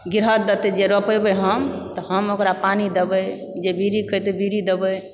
ग्रिहथ देतय जे रोपेबै हम तऽ हम ओकरा पानि देबय जे बीड़ी खइतै बीड़ी देबै